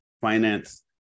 finance